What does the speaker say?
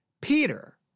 Peter